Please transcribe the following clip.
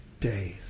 days